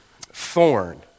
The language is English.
Thorn